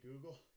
Google